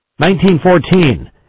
1914